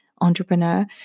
entrepreneur